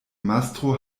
mastro